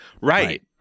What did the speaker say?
Right